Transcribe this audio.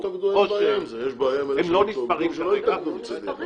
יש בעיה, שלא התאגדו מצדי.